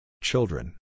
Children